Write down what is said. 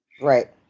Right